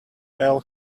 fell